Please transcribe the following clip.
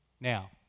Now